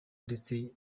ndetse